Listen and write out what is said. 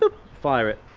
so fire it.